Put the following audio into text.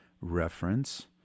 reference